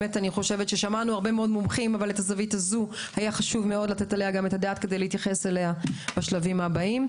חשוב לתת את הדעת על הזווית הזאת כדי להתייחס אליה בשלבים הבאים.